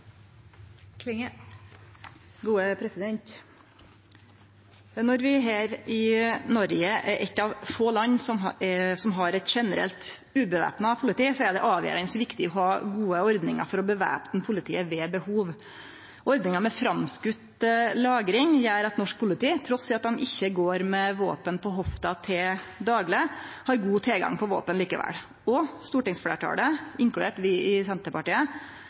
ha gode ordningar for å væpne politiet ved behov. Ordninga med framskoten lagring gjer at norsk politi, trass i at dei ikkje går med våpen på hofta til dagleg, likevel har god tilgang på våpen. Stortingsfleirtalet, inkludert oss i Senterpartiet,